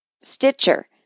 Stitcher